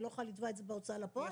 היא לא יכולה לתבוע את זה בהוצאה לפועל?